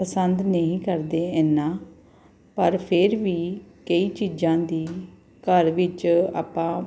ਪਸੰਦ ਨਹੀਂ ਕਰਦੇ ਇੰਨਾਂ ਪਰ ਫਿਰ ਵੀ ਕਈ ਚੀਜ਼ਾਂ ਦੀ ਘਰ ਵਿੱਚ ਆਪਾਂ